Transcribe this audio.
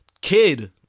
kid